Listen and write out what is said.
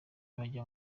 bajya